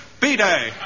B-Day